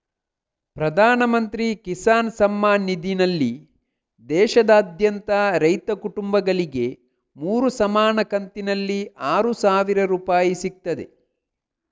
ಪ್ರಧಾನ ಮಂತ್ರಿ ಕಿಸಾನ್ ಸಮ್ಮಾನ್ ನಿಧಿನಲ್ಲಿ ದೇಶಾದ್ಯಂತ ರೈತ ಕುಟುಂಬಗಳಿಗೆ ಮೂರು ಸಮಾನ ಕಂತಿನಲ್ಲಿ ಆರು ಸಾವಿರ ರೂಪಾಯಿ ಸಿಗ್ತದೆ